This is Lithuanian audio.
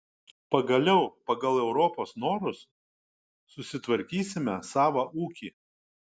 pagaliau pagal europos norus susitvarkysime savą ūkį